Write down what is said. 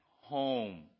home